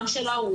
גם של ההורים,